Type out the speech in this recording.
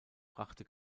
brachte